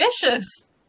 vicious